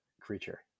creature